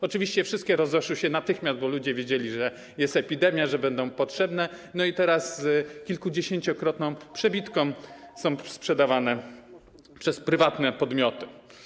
Oczywiście wszystkie rozeszły się natychmiast, bo ludzie wiedzieli, że jest epidemia, że będą potrzebne, i teraz z kilkudziesięciokrotną przebitką są sprzedawane przez prywatne podmioty.